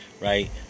right